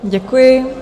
Děkuji.